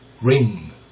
ring